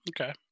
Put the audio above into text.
Okay